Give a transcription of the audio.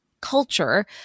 culture